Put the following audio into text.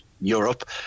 Europe